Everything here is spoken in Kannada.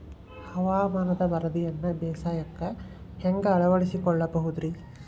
ಹವಾಮಾನದ ವರದಿಯನ್ನ ಬೇಸಾಯಕ್ಕ ಹ್ಯಾಂಗ ಅಳವಡಿಸಿಕೊಳ್ಳಬಹುದು ರೇ?